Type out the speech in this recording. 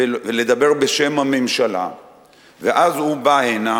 ולדבר בשם הממשלה ואז הוא בא הנה